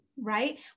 right